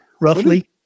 roughly